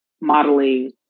modeling